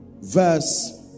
verse